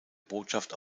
botschaft